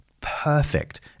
perfect